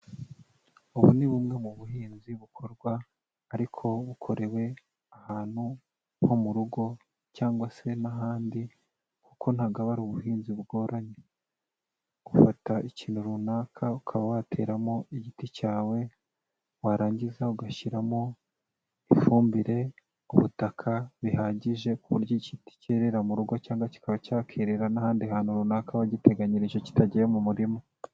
Ubu ni bumwe mu buhinzi bukorwa, ariko bukorewe ahantu nko mu rugo cyangwa se n'ahandi, kuko ntaga aba ari ubuhinzi bugoranye. Ufata ikintu runaka ukaba wateramo igiti cyawe, warangiza ugashyiramo, ifumbire, butaka, bihagije ku buryo igiti cyerera mu rugo cyangwa kikaba cyakerera n'ahandi hantu runaka wagiteganyirije kitagiye mu murima.